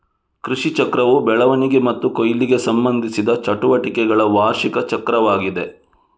ಕೃಷಿಚಕ್ರವು ಬೆಳವಣಿಗೆ ಮತ್ತು ಕೊಯ್ಲಿಗೆ ಸಂಬಂಧಿಸಿದ ಚಟುವಟಿಕೆಗಳ ವಾರ್ಷಿಕ ಚಕ್ರವಾಗಿದೆ